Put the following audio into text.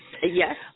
yes